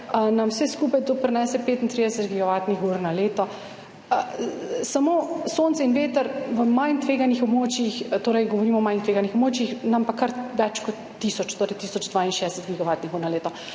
nam vse skupaj to prinese 35 gigavatnih ur na leto. Samo sonce in veter na manj tveganih območjih, govorimo torej o manj tveganih območjih, nam pa kar več kot tisoč, tisoč 62 gigavatnih ur na leto.